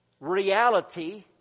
reality